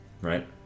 right